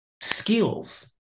skills